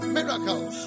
Miracles